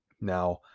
Now